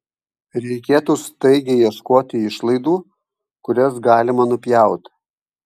reikėtų staigiai ieškoti išlaidų kurias galima nupjauti